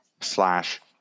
slash